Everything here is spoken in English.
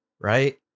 Right